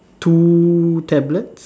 two tablets